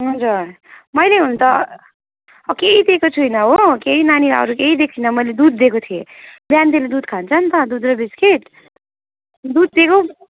हुन्छ मैले हुन त केही दिएको छैन हो केही नानीलाई अरू केही दिएको छैन मैले दुध दिएको थिएँ बिहान त्यसले दुध खान्छ नि त दुध र बिस्कुट दुध दिएको